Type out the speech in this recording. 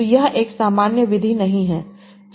तो यह एक सामान्य विधि नहीं है